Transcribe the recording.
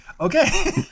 Okay